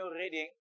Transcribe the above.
reading